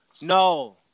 no